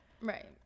right